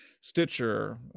Stitcher